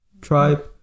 tribe